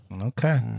Okay